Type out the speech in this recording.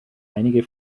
einige